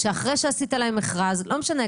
שאחרי שעשית להם מכרז לא משנה,